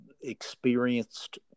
experienced